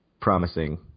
promising